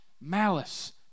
malice